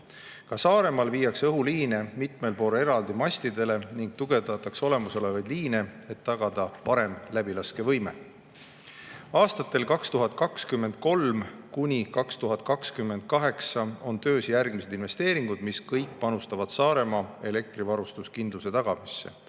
Ka Saaremaal viiakse õhuliine mitmel pool eraldi mastidele ning tugevdatakse olemasolevaid liine, et tagada parem läbilaskevõime. Aastatel 2023–2028 on töös järgmised investeeringud, mis kõik panustavad Saaremaa elektrivarustuskindluse tagamisse.